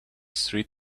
street